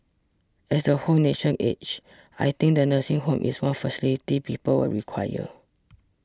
as the whole nation ages I think the nursing home is one facility people will require